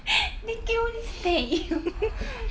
they can only stare at you